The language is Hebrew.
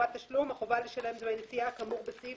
"חובת תשלום" החובה לשלם דמי נסיעה כאמור בסעיף